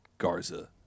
Garza